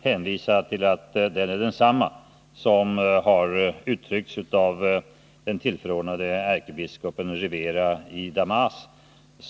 hänvisa till att den är densamma som har uttryckts av den tillförordnade ärkebiskopen Rivera y Damas.